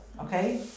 Okay